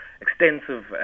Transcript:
extensive